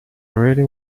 really